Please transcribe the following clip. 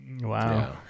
wow